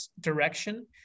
direction